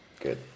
good